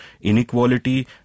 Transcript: inequality